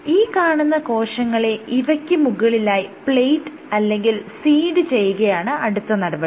ഈ കാണുന്ന കോശങ്ങളെ ഇവയ്ക്ക് മുകളിലായി പ്ലേറ്റ് അല്ലെങ്കിൽ സീഡ് ചെയ്യുകയാണ് അടുത്ത നടപടി